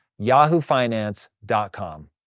yahoofinance.com